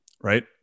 Right